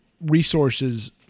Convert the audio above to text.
resources